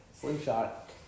Slingshot